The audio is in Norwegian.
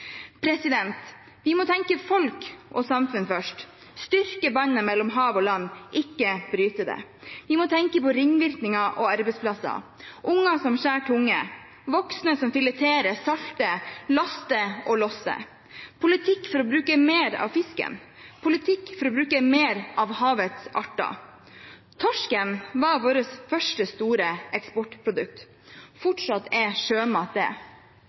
Vi må tenke folk og samfunn først, styrke båndet mellom hav og land – ikke bryte det. Vi må tenke på ringvirkninger og arbeidsplasser, unger som skjærer tunge, voksne som fileterer, salter, laster og losser – politikk for å bruke mer av fisken, politikk for å bruke mer av havets arter. Torsken var vårt første store eksportprodukt. Fortsatt er sjømat det.